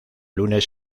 lunes